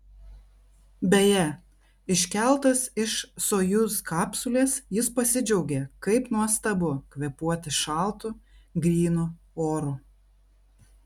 beje iškeltas iš sojuz kapsulės jis pasidžiaugė kaip nuostabu kvėpuoti šaltu grynu oru